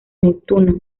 neptuno